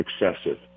excessive